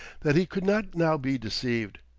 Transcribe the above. that he could not now be deceived.